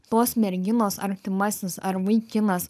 tos merginos artimasis ar vaikinas